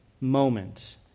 moment